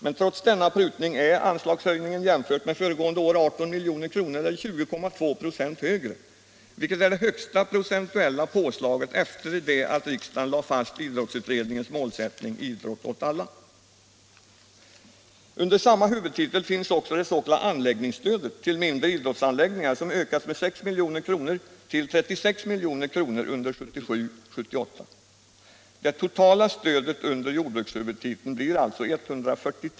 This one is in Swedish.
Men trots denna prutning är anslagsökningen jämfört med föregående år 18 milj.kr. eller 20,2 96, vilket är det högsta procentuella påslaget efter det att riksdagen lade fast idrottsutredningens målsättning ”Idrott åt alla”.